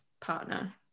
partner